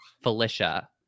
Felicia